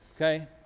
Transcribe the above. okay